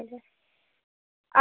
କେତେଟାରୁ କେତେଟା ଆସୁଛନ୍ତି